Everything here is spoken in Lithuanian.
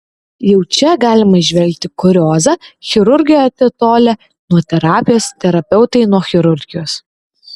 jau čia galima įžvelgti kuriozą chirurgai atitolę nuo terapijos terapeutai nuo chirurgijos